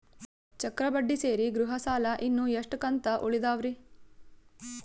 ಚಕ್ರ ಬಡ್ಡಿ ಸೇರಿ ಗೃಹ ಸಾಲ ಇನ್ನು ಎಷ್ಟ ಕಂತ ಉಳಿದಾವರಿ?